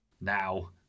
now